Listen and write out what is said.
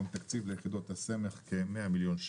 יש לנו גם תקציב ליחידות הסמך כ-100 מיליון שקל.